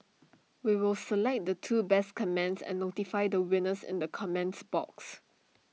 we will select the two best comments and notify the winners in the comments box